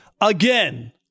Again